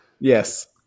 Yes